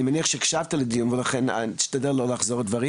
אני מניח שהקשבת לדיון ולכן אני אשמח שתשתדל לא לחזור על הדברים,